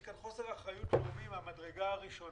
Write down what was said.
יש כאן חוסר אחריות לאומי מן המדרגה הראשונה.